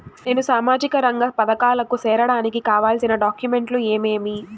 నేను సామాజిక రంగ పథకాలకు సేరడానికి కావాల్సిన డాక్యుమెంట్లు ఏమేమీ?